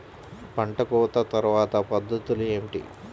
పంట కోత తర్వాత పద్ధతులు ఏమిటి?